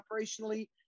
operationally